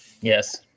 Yes